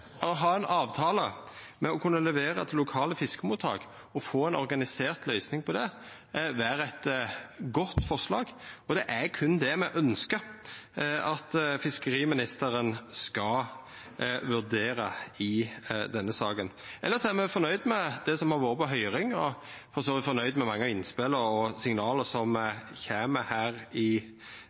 å ha ein avtale om å levera til lokale fiskemottak og få ei organisert løysing for det, vera eit godt forslag. Det er berre det me ønskjer at fiskeriministeren skal vurdera i denne saka. Elles er me fornøyde med det som har vore på høyring, og me er for så vidt fornøyde med mange av innspela og signala som kjem her i